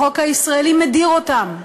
החוק הישראלי מדיר אותם,